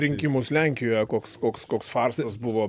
rinkimus lenkijoje koks koks koks farsas buvo